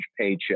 paycheck